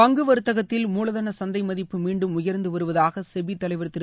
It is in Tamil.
பங்கு வர்த்தகத்தில் மூலதன சந்தை மதிப்பு மீண்டும் உயர்ந்து வருவதாக செபி தலைவர் திரு